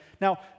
now